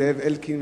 זאב אלקין,